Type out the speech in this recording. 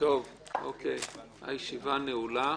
הישיבה נעולה.